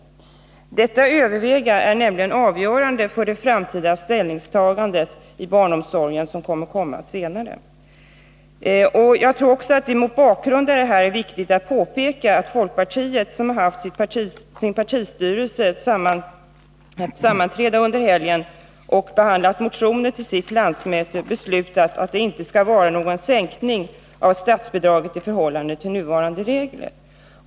Det är nämligen avgörande för det framtida ställningstagandet i fråga om barnomsorgen som kommer senare. Jag tror också att det mot bakgrund härav är viktigt att påpeka att folkpartiet, som har haft ett sammanträde med sin partistyrelse under helgen och behandlat motioner till sitt landsmöte, beslutat att det inte skall vara någon sänkning av statsbidraget i förhållande till nuvarande regler.